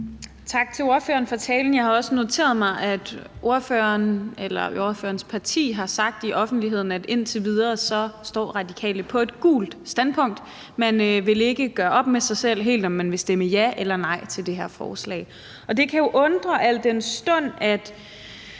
Tak til ordføreren for talen. Jeg har noteret mig, at ordførerens parti har sagt i offentligheden, at Radikale indtil videre står på et gult standpunkt. Man vil ikke helt gøre op med sig selv, om man vil stemme ja eller nej til det her forslag. Det kan jo undre, al den stund at